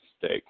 Steak